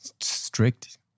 strict